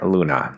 Luna